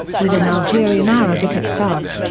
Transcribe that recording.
within algerian arabic itself,